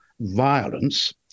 violence